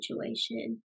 situation